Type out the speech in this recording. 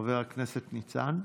חבר הכנסת ניצן,